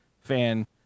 fan